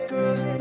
Girls